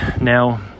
Now